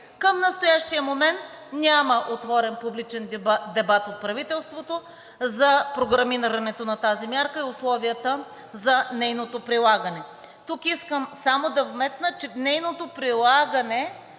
Към настоящия момент няма отворен публичен дебат от правителството за програмирането на тази мярка и условията за нейното прилагане. Тук искам само да вметна, че нейното прилагане